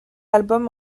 album